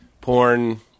porn